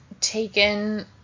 taken